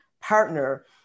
partner